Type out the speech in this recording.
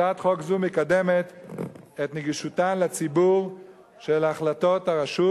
הצעת חוק זו מקדמת את נגישותן לציבור של החלטות הרשות,